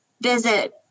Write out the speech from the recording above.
visit